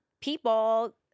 people